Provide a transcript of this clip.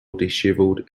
dishevelled